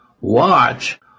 watch